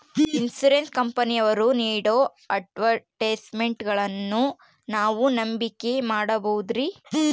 Insurance ಕಂಪನಿಯವರು ನೇಡೋ ಅಡ್ವರ್ಟೈಸ್ಮೆಂಟ್ಗಳನ್ನು ನಾವು ನಂಬಿಕೆ ಮಾಡಬಹುದ್ರಿ?